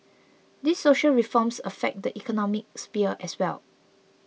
these social reforms affect the economic sphere as well